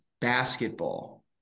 Basketball